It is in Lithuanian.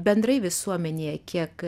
bendrai visuomenėje kiek